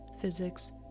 physics